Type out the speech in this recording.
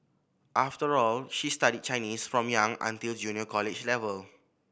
after all she studied Chinese from young until junior college level